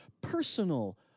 personal